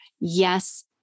yes